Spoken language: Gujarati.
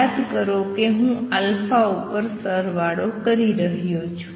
યાદ કરો કે હું ઉપર સરવાળો કરી રહ્યો છુ